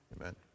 Amen